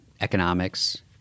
economics